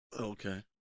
Okay